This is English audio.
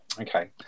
Okay